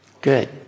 Good